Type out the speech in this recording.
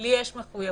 לי יש מחויבות.